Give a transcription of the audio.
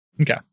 okay